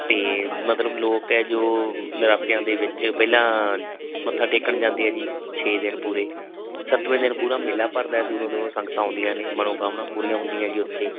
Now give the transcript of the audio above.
ਅਤੇ ਮਤਲਬ ਲੋਕ ਹੈ ਜੋ ਨਰਾਤਿਆਂ ਦੇ ਵਿੱਚ ਪਹਿਲਾਂ ਮੱਥਾ ਟੇਕਣ ਜਾਂਦੇ ਹੈ ਜੀ ਛੇ ਦਿਨ ਪੂਰੇ ਸਤਵੇਂ ਦਿਨ ਪੂਰਾ ਮੇਲਾ ਭਰਦਾ ਦੂਰੋਂ ਦੂਰੋਂ ਸੰਗਤਾਂ ਆਉਂਦੀਆਂ ਨੇ ਮਨੋ ਕਾਮਨਾ ਪੂਰੀਆਂ ਹੁੰਦੀਆਂ ਜੀ ਉੱਥੇ